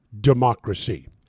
democracy